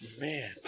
man